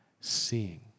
seeing